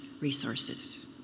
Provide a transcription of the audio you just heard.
resources